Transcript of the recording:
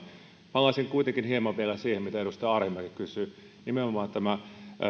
palaisin kuitenkin hieman vielä siihen mitä edustaja arhinmäki kysyi nimenomaan tämä